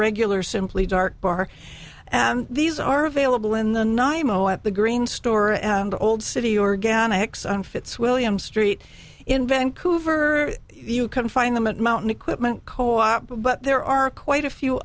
regular simply dark bar and these are available in the ny mo at the green store and old city organics on fitzwilliam street in vancouver you can find them at mountain equipment co op but there are quite a few